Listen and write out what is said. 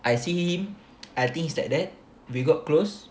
I see him I think he's like that we got close